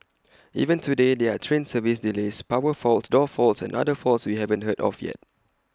even today there are train service delays power faults door faults and other faults we haven't heard of yet